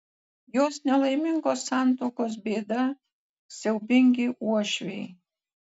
jos nelaimingos santuokos bėda siaubingi uošviai